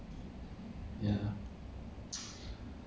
很好啊这样很好 ah